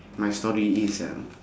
my story is uh